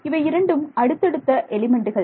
இவை இரண்டும் அடுத்தடுத்த எலிமெண்டுகள்